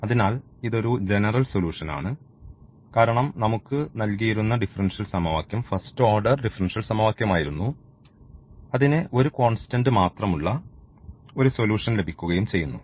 അതിനാൽ ഇതൊരു general solution ആണ് കാരണം നമുക്ക് നൽകിയിരുന്ന ഡിഫറൻഷ്യൽ സമവാക്യം ഫസ്റ്റ് ഓർഡർ ഡിഫറൻഷ്യൽ സമവാക്യമായിരുന്നു അതിന് ഒരു കോൺസ്റ്റന്റ് മാത്രമുള്ള ഒരു സൊല്യൂഷൻ ലഭിക്കുകയും ചെയ്യുന്നു